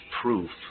proof